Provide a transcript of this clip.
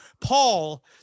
Paul